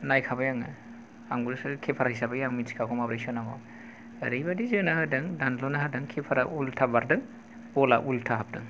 नायखाबाय आङो आंबो किपार हिसाबै आं मिथिखागौ माबोरै सोनांगौ ओरैबादि जोना होदों दानलुना होदों किपार आ उल्था बारदों बल आ उल्था हाबदों